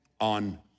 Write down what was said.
on